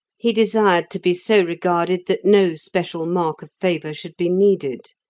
he desired to be so regarded that no special mark of favour should be needed.